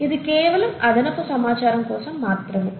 ఇది కేవలం అదనపు సమాచారం కోసం మాత్రమే